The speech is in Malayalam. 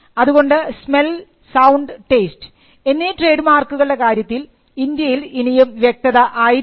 അതുകൊണ്ട് സ്മെൽ സൌണ്ട് ടേസ്റ്റ് എന്നീ ട്രേഡ് മാർക്കുകളുടെ കാര്യത്തിൽ ഇന്ത്യയിൽ ഇനിയും വ്യക്തത ആയിട്ടില്ല